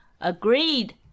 Agreed